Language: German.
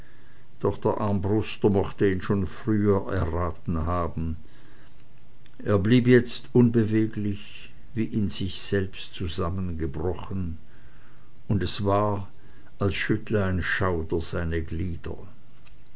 doch der armbruster mochte ihn schon früher erraten haben er blieb jetzt unbeweglich wie in sich selbst zusammengebrochen und es war als schüttle ein schauder seine glieder